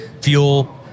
fuel